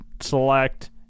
Select